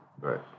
Right